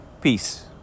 Peace